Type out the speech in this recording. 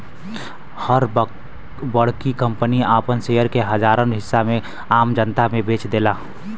हर बड़की कंपनी आपन शेयर के हजारन हिस्सा में आम जनता मे बेच देला